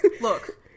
look